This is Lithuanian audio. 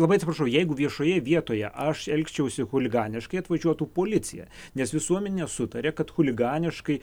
labai atsiprašau jeigu viešoje vietoje aš elgčiausi chuliganiškai atvažiuotų policija nes visuomenė sutaria kad chuliganiškai